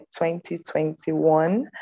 2021